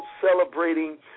celebrating